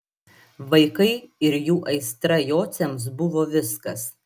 vaikai ir jų aistra jociams buvo viskas